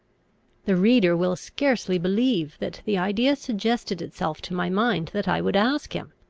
the reader will scarcely believe, that the idea suggested itself to my mind that i would ask him.